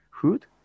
food